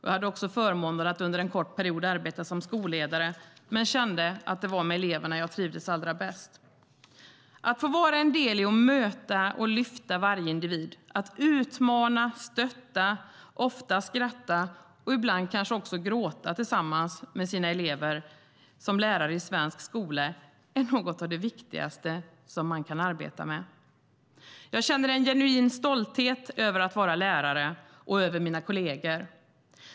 Jag har också haft förmånen att under en kort period arbeta som skolledare, men jag kände att det var med eleverna jag trivdes allra bäst. Att få vara en del i att möta och lyfta varje individ, att utmana, stötta, ofta skratta och ibland kanske också gråta tillsammans med sina elever som lärare i svensk skola är något av det viktigaste som man kan arbeta med. Jag känner en genuin stolthet över att vara lärare och över mina kolleger.